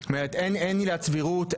זאת אומרת אין עילת סבירות,